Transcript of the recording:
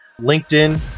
LinkedIn